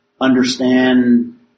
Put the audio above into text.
understand